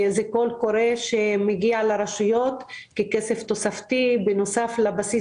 זה קול קורא שמגיע לרשויות ככסף תוספתי בנוסף לבסיס